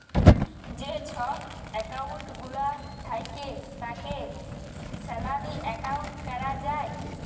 যে ছব একাউল্ট গুলা থ্যাকে তাকে স্যালারি একাউল্ট ক্যরা যায়